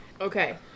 Okay